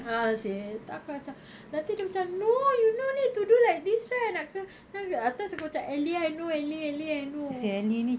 a'ah seh tu aku macam nanti dia macam no you no need to do like this right nak kena terus aku macam ellie I know ellie ellie I know